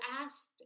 asked